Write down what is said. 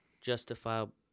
Justifiable